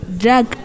drug